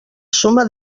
suma